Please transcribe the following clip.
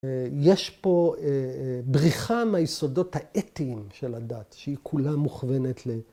‫יש פה בריכה מהיסודות האתיים ‫של הדת, שהיא כולה מוכוונת ל...